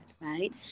right